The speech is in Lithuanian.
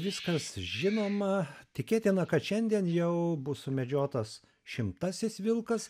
viskas žinoma tikėtina kad šiandien jau bus sumedžiotas šimtasis vilkas